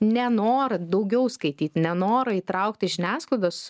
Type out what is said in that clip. nenorą daugiau skaityt nenorą įtraukti žiniasklaidos